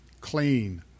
clean